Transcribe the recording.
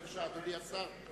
בבקשה, אדוני השר.